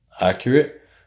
accurate